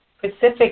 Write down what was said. Pacific